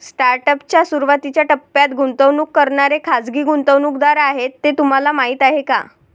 Startup च्या सुरुवातीच्या टप्प्यात गुंतवणूक करणारे खाजगी गुंतवणूकदार आहेत हे तुम्हाला माहीत आहे का?